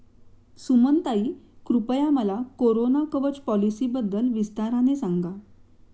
सुमनताई, कृपया मला कोरोना कवच पॉलिसीबद्दल विस्ताराने सांगा